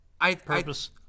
purpose